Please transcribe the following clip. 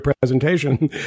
presentation